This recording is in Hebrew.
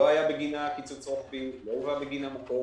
לא היה בגינה קיצוץ רוחבי, לא הובא בגינה מקור.